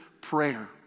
prayer